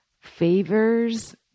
favors